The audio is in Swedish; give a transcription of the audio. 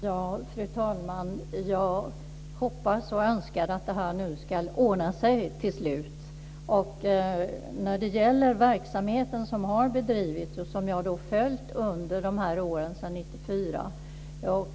Fru talman! Jag hoppas och önskar att det ska ordna sig till slut för den verksamhet som har bedrivits och som jag har följt under åren sedan 1994.